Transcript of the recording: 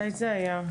מתי זה היה?